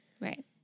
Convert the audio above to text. Right